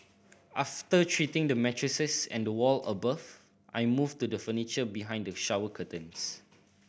after treating the mattresses and the wall above I moved to the furniture behind the shower curtains